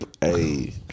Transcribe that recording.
Hey